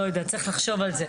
לא יודעת, צריך לחשוב על זה.